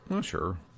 sure